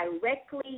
directly